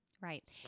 Right